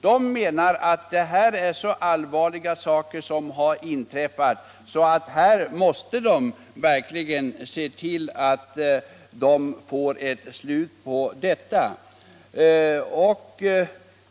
De menar att händelser av detta slag är så allvarliga att man måste få ett slut på dem.